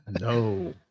No